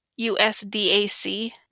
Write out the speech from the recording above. USDAC